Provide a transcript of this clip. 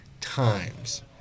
times